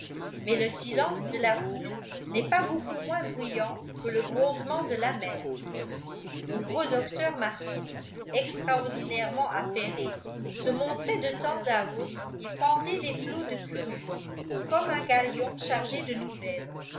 mais le silence de la foule n'est pas beaucoup moins bruyant que le grondement de la mer le gros docteur martout extraordinairement affairé se montrait de temps à autre et fendait les flots de curieux comme un galion chargé de nouvelles